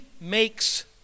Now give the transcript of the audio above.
makes